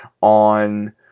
on